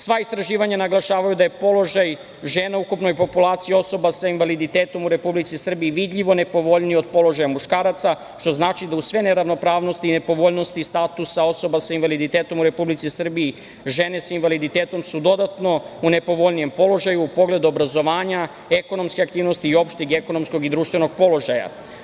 Sva istraživanja naglašavaju da je položaj žena u ukupnoj populaciji osoba sa invaliditetom u Republici Srbiji vidljivo nepovoljniji od položaja muškaraca, što znači da uz sve neravnopravnosti i nepovoljnosti statusa osoba sa invaliditetom u Republici Srbiji žene sa invaliditetom su dodatno u nepovoljnijem položaju u pogledu obrazovanja, ekonomske aktivnosti i opšteg ekonomskog i društvenog položaja.